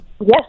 Yes